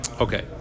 Okay